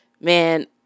Man